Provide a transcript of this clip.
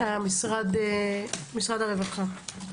משרד הרווחה.